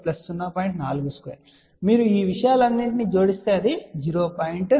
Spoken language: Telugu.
42 మీరు ఈ విషయాలన్నింటినీ జోడిస్తే అది 0